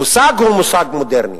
המושג הוא מושג מודרני,